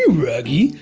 raggy!